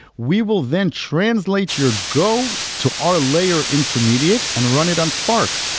we will then translate your go to our layer intermediate and run it on spark,